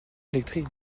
électrique